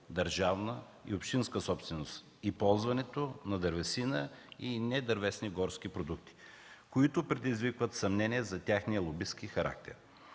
държавна и общинска собственост, и ползването на дървесина и недървесни горски продукти, които предизвикват съмнение за техния лобистки характер.